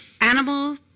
Animal